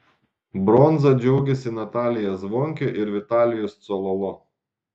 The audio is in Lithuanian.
bronza džiaugėsi natalija zvonkė ir vitalijus cololo